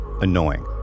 annoying